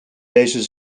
deze